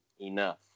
enough